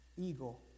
eagle